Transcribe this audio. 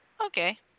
Okay